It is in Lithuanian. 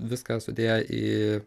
viską sudėję į